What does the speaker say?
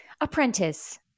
apprentice